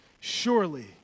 Surely